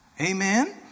Amen